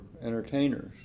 entertainers